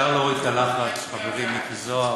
אפשר להוריד את הלחץ, חברי מיקי זוהר